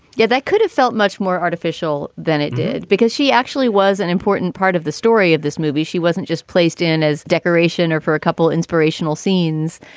yeah. that could have felt much more artificial than it did because she actually was an important part of the story of this movie. she wasn't just placed in as decoration or for a couple of inspirational scenes.